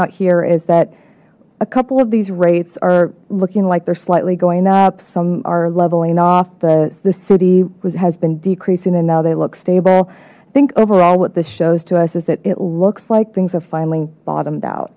out here is that a couple of these rates are looking like they're slightly going up some are leveling off the this city has been decreasing and now they look stable think overall what this shows to us is that it looks like things have finally bottomed out